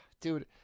Dude